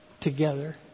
together